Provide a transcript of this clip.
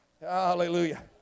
Hallelujah